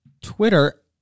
Twitter